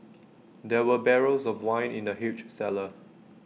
there were barrels of wine in the huge cellar